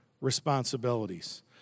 responsibilities